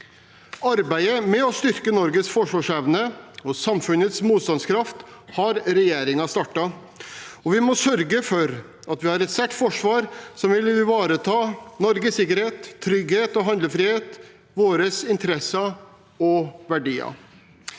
Arbeidet med å styrke Norges forsvarsevne og samfunnets motstandskraft har regjeringen startet, og vi må sørge for at vi har et sterkt forsvar som vil ivareta Norges sikkerhet, trygghet og handlefrihet, våre interesser og verdier.